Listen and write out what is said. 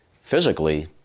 physically